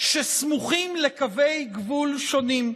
שסמוכים לקווי גבול שונים.